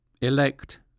elect